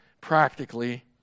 Practically